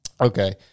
Okay